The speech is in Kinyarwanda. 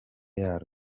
yarwo